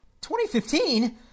2015